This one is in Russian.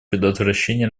предотвращение